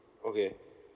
okay